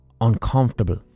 uncomfortable